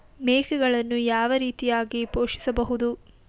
ಮೇಕೆಗಳನ್ನು ಯಾವ ರೀತಿಯಾಗಿ ಪೋಷಿಸಬಹುದು?